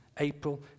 April